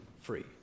free